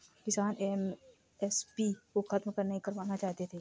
किसान एम.एस.पी को खत्म नहीं करवाना चाहते थे